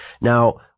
Now